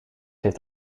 heeft